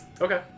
Okay